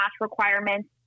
requirements